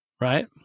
Right